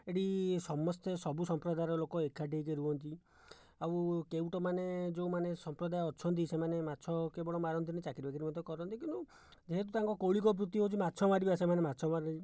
ଏଠି ସମସ୍ତେ ସବୁ ସମ୍ପ୍ରଦାୟର ଲୋକ ଏକାଠି ହୋଇକି ରହନ୍ତି ଆଉ କେଉଟମାନେ ଯେଉଁମାନେ ସମ୍ପ୍ରଦାୟ ଅଛନ୍ତି ସେମାନେ ମାଛ କେବଳ ମାରନ୍ତିନାହିଁ ଚାକିରି ବାକିରି ମଧ୍ୟ କରନ୍ତି କିନ୍ତୁ ଯେହେତୁ ତାଙ୍କର କୌଳିକ ବୃତ୍ତି ହେଉଛି ମାଛ ମାରିବା ସେମାନେ ମାଛ ମାରିଲେ